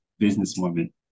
businesswoman